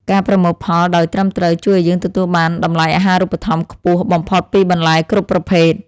ការប្រមូលផលដោយត្រឹមត្រូវជួយឱ្យយើងទទួលបានតម្លៃអាហារូបត្ថម្ភខ្ពស់បំផុតពីបន្លែគ្រប់ប្រភេទ។